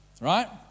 Right